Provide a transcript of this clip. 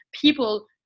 people